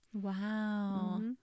Wow